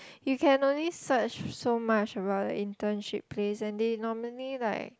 you can only search so much about the internship place and they normally like